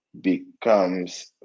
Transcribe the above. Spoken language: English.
becomes